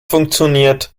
funktioniert